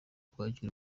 kwakira